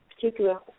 particular